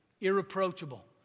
irreproachable